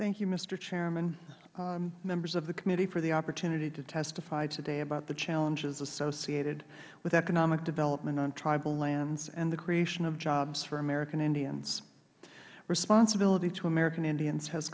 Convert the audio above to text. thank you mister chairman members of the committee for the opportunity to testify today about the challenges associated with economic development on tribal lands and creation of jobs for american indians responsibility to american indians has